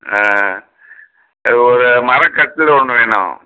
ஆ அது ஒரு மரக்கட்டிலு ஒன்று வேணும்